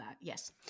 Yes